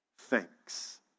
thanks